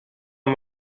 amb